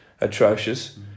atrocious